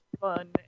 fun